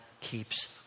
keeps